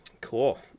Cool